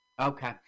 Okay